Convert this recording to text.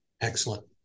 Excellent